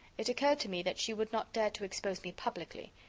it occurred to me that she would not dare to expose me publicly,